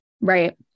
Right